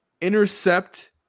intercept